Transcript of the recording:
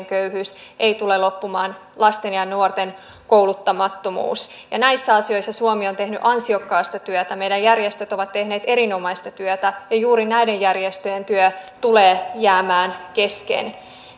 köyhyys ei tule loppumaan lasten ja nuorten kouluttamattomuus ja näissä asioissa suomi on tehnyt ansiokasta työtä meidän järjestöt ovat tehneet erinomaista työtä ja juuri näiden järjestöjen työ tulee jäämään kesken